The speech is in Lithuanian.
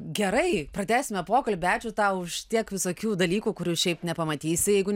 gerai pratęsime pokalbį ačiū tau už tiek visokių dalykų kurių šiaip nepamatysi jeigu